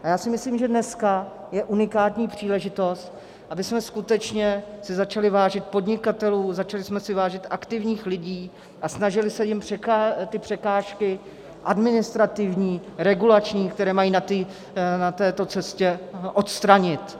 A myslím si, že dneska je unikátní příležitosti, abychom si skutečně začali vážit podnikatelů, začali si vážit aktivních lidí a snažili se jim ty překážky administrativní, regulační, které mají na této cestě, odstranit.